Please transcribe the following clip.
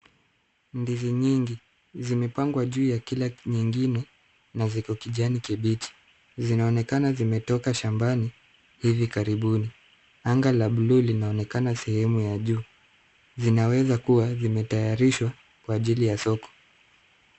Ndizi nyingi zimepangwa juu ya kila nyingine na ziko kijani kibichi. Zinaonekana zimetoka shambani hivi karibuni. Anga la buluu linaonekana sehemu ya juu. Zinaweza kuwa zimetayarishwa kwa ajili ya soko.